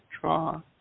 draw